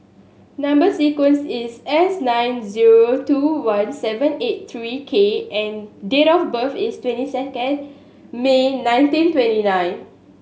number sequence is S nine zero two one seven eight three K and date of birth is twenty second May nineteen twenty nine